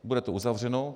Bude to uzavřeno.